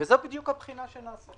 בדיוק הבחינה שנעשית.